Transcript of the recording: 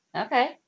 Okay